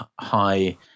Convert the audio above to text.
high